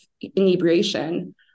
inebriation